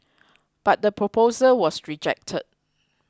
but the proposal was rejected